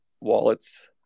wallets